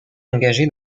engagée